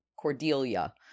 Cordelia